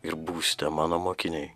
ir būsite mano mokiniai